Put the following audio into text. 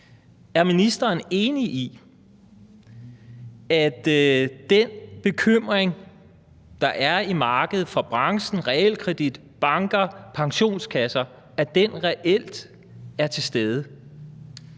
er ministeren enig i, at den bekymring, der er i markedet fra branchen, realkredit, banker, pensionskasser, reelt er til stede?